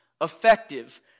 effective